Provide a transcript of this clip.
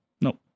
No